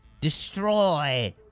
destroy